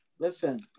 Listen